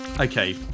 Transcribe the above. Okay